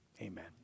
amen